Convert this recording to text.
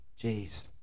Jeez